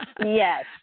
Yes